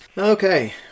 Okay